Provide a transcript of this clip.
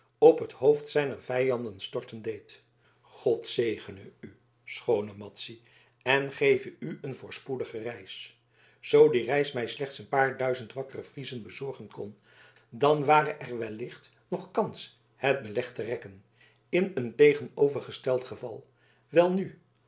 op t hoofd zijner vijanden storten deed god zegene u schoone madzy en geve u een voorspoedige reis zoo die reis mij slechts een paar duizend wakkere friezen bezorgen kon dan ware er wellicht nog kans het beleg te rekken in een tegenovergesteld geval welnu